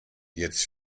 jetzt